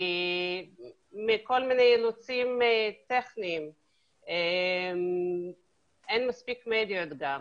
מכל מיני אילוצים טכניים, אין מספיק מדיות גם.